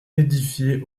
édifié